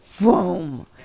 boom